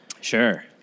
Sure